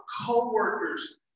co-workers